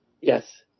Yes